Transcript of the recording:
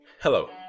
Hello